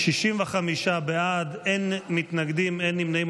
65 בעד, אין מתנגדים, אין נמנעים.